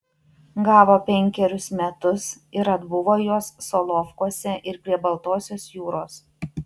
gavo penkerius metus ir atbuvo juos solovkuose ir prie baltosios jūros